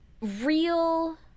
real